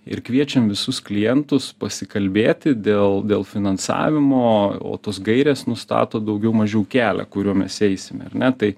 ir kviečiam visus klientus pasikalbėti dėl dėl finansavimo o tos gairės nustato daugiau mažiau kelią kuriuo mes eisim ar ne tai